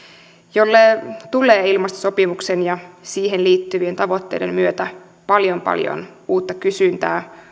jolle tulee ilmastosopimuksen ja siihen liittyvien tavoitteiden myötä paljon paljon uutta kysyntää